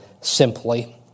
simply